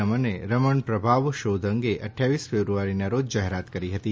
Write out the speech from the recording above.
રમણે રમણ પ્રભાવ શોધ અંગે અઠ્ઠાવીસ ફેબ્રુઆરીના રોજ જાહેરાત કરી હતી